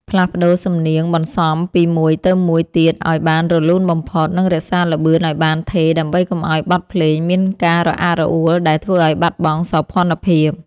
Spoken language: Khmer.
ផ្លាស់ប្តូរសំនៀងបន្សំពីមួយទៅមួយទៀតឱ្យបានរលូនបំផុត និងរក្សាល្បឿនឱ្យបានថេរដើម្បីកុំឱ្យបទភ្លេងមានការរអាក់រអួលដែលធ្វើឱ្យបាត់បង់សោភ័ណភាព។